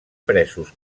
presos